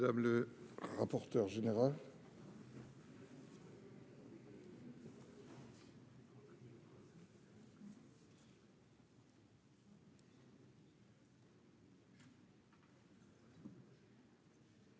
madame la rapporteure générale,